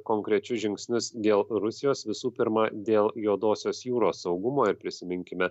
konkrečius žingsnius dėl rusijos visų pirma dėl juodosios jūros saugumo ir prisiminkime